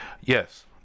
yes